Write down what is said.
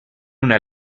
una